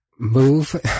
move